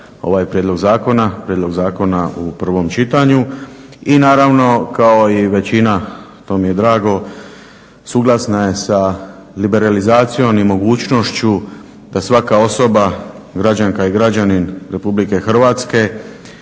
ovaj prijedlog zakona, prijedlog zakona u prvom čitanju i naravno kao i većina, to mi je drago, suglasna je sa liberalizacijom i mogućnošću da svaka osoba, građanka i građanin Republike Hrvatske